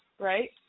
right